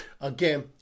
Again